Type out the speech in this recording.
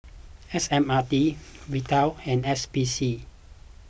S M R T Vital and S P C